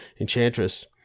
Enchantress